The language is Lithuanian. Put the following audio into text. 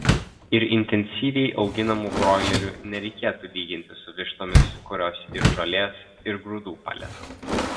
ir intensyviai auginamų broilerių nereikėtų lyginti su vištomis kurios ir žolės ir grūdų palesa